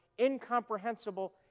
incomprehensible